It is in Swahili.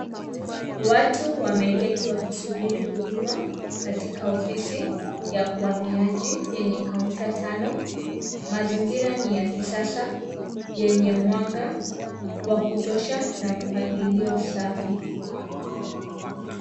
Watu wameketi wakisubiri huduma katika ofisi ya uhamiaji yenye kaunta tano mazingira ni ya kisasa yenye mwanga wa kutosha na mpangilio safi.